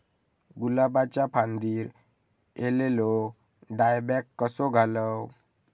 गुलाबाच्या फांदिर एलेलो डायबॅक कसो घालवं?